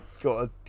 got